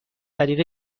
طریق